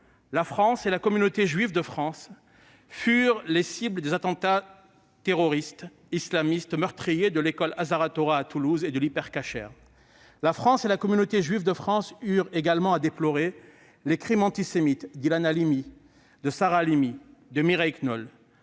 la France et la communauté juive de France furent la cible des attentats terroristes islamistes, meurtriers, de l'école Ozar Hatorah et de l'Hyper Cacher. La France et la communauté juive de France eurent également à déplorer les crimes antisémites perpétrés contre Ilan Halimi, Sarah Halimi, Mireille Knoll.